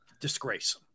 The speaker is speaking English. disgrace